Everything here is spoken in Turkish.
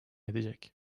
edecek